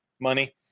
money